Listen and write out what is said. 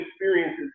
experiences